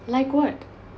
like what